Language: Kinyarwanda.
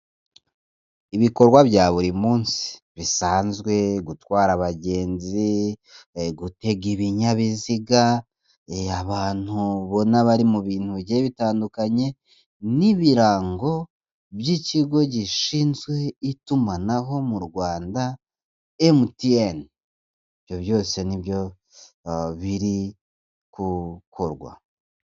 Ibikorwa bya buri munsi bisanzwe gutwara abagenzi, gutega ibinyabiziga, abantu ubona bari mu bintu bigiye bitandukanye n'ibirango by'ikigo gishinzwe itumanaho mu Rwanda MTN ibyo byose ni byo biri gukorwa.